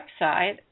website